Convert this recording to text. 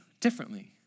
differently